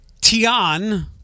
Tian